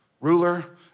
ruler